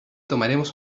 tomaremos